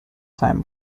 time